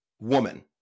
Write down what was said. woman